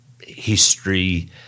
history